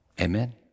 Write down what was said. amen